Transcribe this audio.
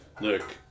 look